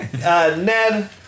Ned